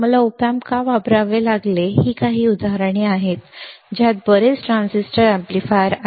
मला op amp का वापरावे लागले ही काही उदाहरणे आहेत ज्यात बरेच ट्रान्झिस्टर एम्पलीफायर्स आहेत